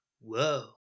whoa